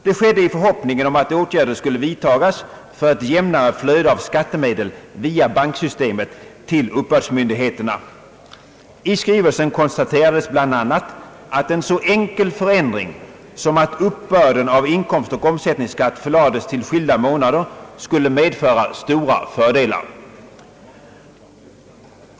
Det skedde i förhoppningen om att åtgärder skulle vidtagas för ett jämnare flöde av skattemedel via banksystemet till uppbördsmyndigheterna. I skrivelsen konstaterades bl.a. att en så enkel förändring som att uppbörden av inkomstoch omsättningsskatt förlades till skilda månader skulle medföra stora fördelar.